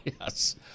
Yes